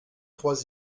trois